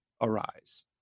arise